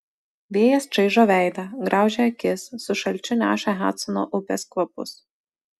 vėjas čaižo veidą graužia akis su šalčiu neša hadsono upės kvapus